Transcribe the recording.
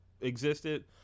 existed